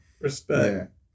Respect